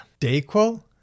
Dayquil